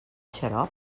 xarop